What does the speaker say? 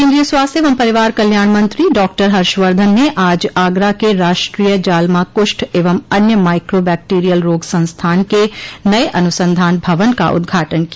केन्द्रीय स्वास्थ्य एवं परिवार कल्याण मंत्री डॉक्टर हर्षवर्धन ने आज आगरा के राष्ट्रीय जालमा कुष्ठ एवं अन्य माइक्रो बैक्टोरियल रोग संस्थान के नये अनुसंधान भवन का उद्घाटन किया